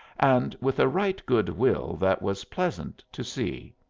and with a right good will that was pleasant to see.